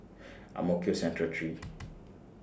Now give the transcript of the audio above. Ang Mo Kio Central three